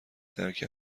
درک